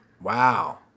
wow